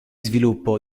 sviluppo